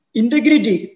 integrity